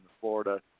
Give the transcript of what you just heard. florida